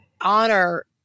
honor